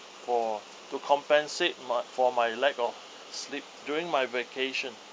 for to compensate mi~ for my lack of sleep during my vacation